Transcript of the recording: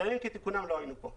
בימים כתיקונם לא היינו כאן.